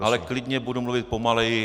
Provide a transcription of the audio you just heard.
Ale klidně budu mluvit pomaleji.